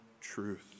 truth